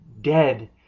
dead